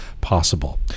possible